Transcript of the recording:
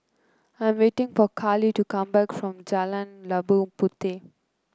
I'm waiting for Carley to come back from Jalan Labu Puteh